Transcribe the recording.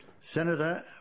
Senator